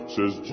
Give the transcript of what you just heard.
Says